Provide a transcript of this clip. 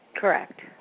Correct